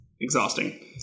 exhausting